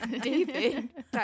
david